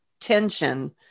tension